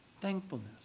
Thankfulness